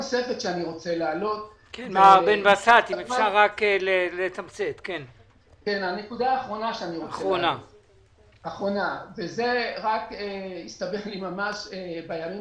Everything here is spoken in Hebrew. בימים